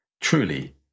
Truly